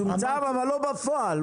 צומצם, אבל לא בפועל.